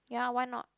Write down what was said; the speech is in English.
yeah why not